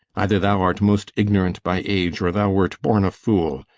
either thou art most ignorant by age, or thou wert born a fool.